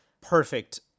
perfect